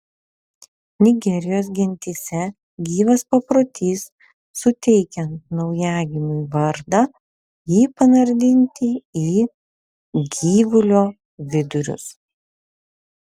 nigerijos gentyse gyvas paprotys suteikiant naujagimiui vardą jį panardinti į gyvulio vidurius